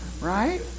Right